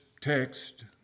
text